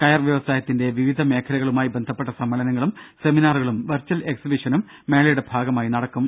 കയർ വ്യവസായത്തിന്റെ വിവിധ മേഖലകളുമായി ബന്ധപ്പെട്ട സമ്മേളനങ്ങളും സെമിനാറുകളും വെർച്ചൽ എക്സിബിഷനും മേളയുടെ ഭാഗമായി നടക്കും